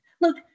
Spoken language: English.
Look